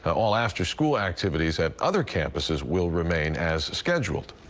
at all after-school activities at other campuses will remain as scheduled.